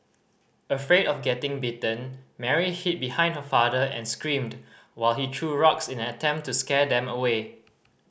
afraid of getting bitten Mary hid behind her father and screamed while he threw rocks in an attempt to scare them away